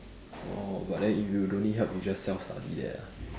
orh but then if you don't need help you just self-study there lah